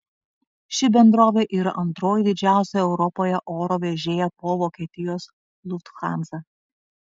ši bendrovė yra antroji didžiausią europoje oro vežėja po vokietijos lufthansa